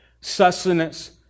sustenance